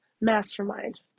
Mastermind